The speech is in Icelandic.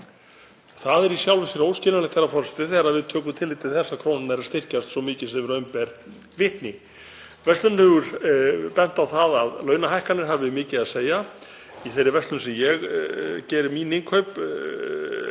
Það er í sjálfu sér óskiljanlegt, herra forseti, þegar við tökum tillit til þess að krónan er að styrkjast svo mikið sem raun ber vitni. Verslunin hefur bent á að launahækkanir hafi mikið að segja. Í þeirri verslun sem ég geri mín innkaup